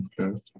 Okay